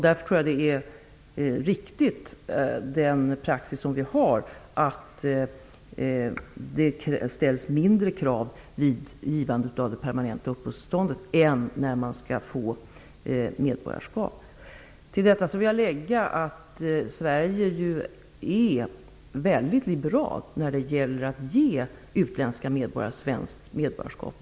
Därför tror jag att den praxis som vi har är riktig, att det ställs mindre krav vid givande av det permanenta uppehållstillståndet än vid beviljande av medborgarskap. Till detta vill jag lägga att Sverige är väldigt liberalt när det gäller att ge utländska medborgare svenskt medborgarskap.